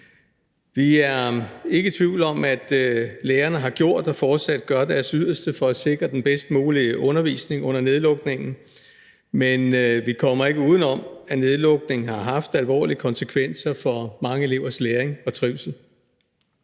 Vi er ikke i tvivl om, at lærerne har gjort og fortsat gør deres yderste for at sikre den bedst mulige undervisning under nedlukningen, men vi kommer ikke udenom, at nedlukningen har haft alvorlige konsekvenser for mange elevers læring og trivsel.